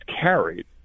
carried